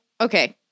Okay